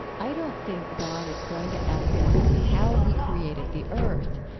i don't think god is going to ask us how he created the earth,